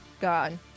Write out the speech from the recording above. Gone